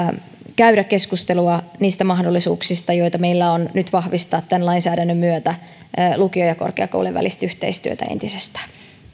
käydä keskustelua niistä mahdollisuuksista joita meillä nyt on vahvistaa tämän lainsäädännön myötä lukion ja korkeakoulujen välistä yhteistyötä entisestään